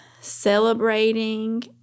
celebrating